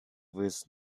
with